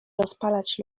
rozpalać